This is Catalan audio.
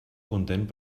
content